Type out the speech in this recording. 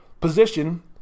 position